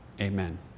Amen